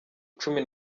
cumi